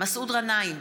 מסעוד גנאים,